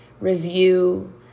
review